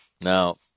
Now